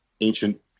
ancient